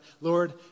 Lord